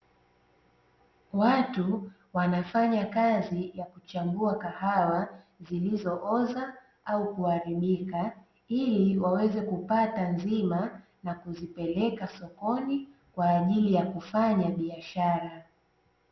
Watu wanafanya kazi ya kuchambua kahawa zilizooza au kuharibika ili waweze kupata nzima na kuzipeleka sokoni kwaajili ya kufanya biashara.